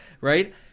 Right